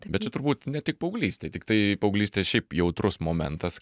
bet čia turbūt ne tik paauglystė tiktai paauglystė šiaip jautrus momentas